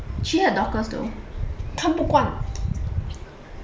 she had dorcas though